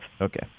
Okay